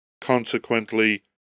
Consequently